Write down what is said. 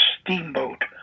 steamboat